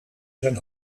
zijn